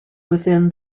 within